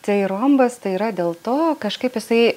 tai rombas tai yra dėl to kažkaip jisai